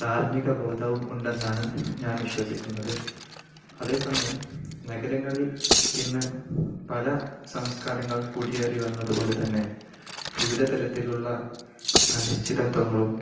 ധാർമിക ബോധവും ഉണ്ടെന്നാണ് ഞാൻ വിശ്വസിക്കുന്നത് അതേ സമയം നഗരങ്ങളിൽ ഇന്നു പല സംസ്കാരങ്ങൾ കൂടിയേറി വന്നതുകൊണ്ടു തന്നെ വിവിധ തരത്തിലുള്ള അനിശ്ചിതത്വങ്ങളും